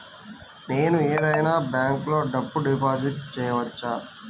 నేను ఏదైనా బ్యాంక్లో డబ్బు డిపాజిట్ చేయవచ్చా?